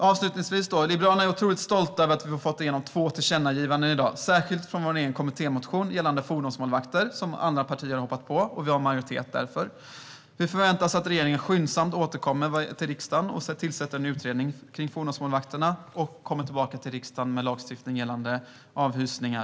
Avslutningsvis är Liberalerna otroligt stolta över att vi har fått igenom två tillkännagivanden i dag, särskilt det som kommer från vår egen kommittémotion gällande fordonsmålvakter. Andra partier har hoppat på detta, och vi har därför majoritet. Vi förväntar oss att regeringen skyndsamt återkommer till riksdagen, tillsätter en utredning om fordonsmålvakterna och kommer tillbaka till riksdagen med lagstiftning gällande avhysningar.